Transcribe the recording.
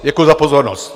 Děkuji za pozornost.